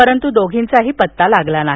परंतू दोधींचाही पत्ता लागला नाही